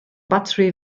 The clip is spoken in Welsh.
batri